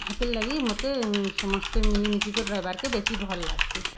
ହେଥିର୍ ଲାଗି ମତେ ସମସ୍ତେ ମିଲିମିଶିକିରି ରହିବାର୍କେ ବେଶୀ ଭଲ୍ ଲାଗ୍ସି